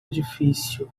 edifício